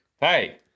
Hey